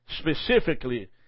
specifically